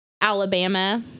Alabama